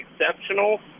exceptional